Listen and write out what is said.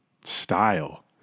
style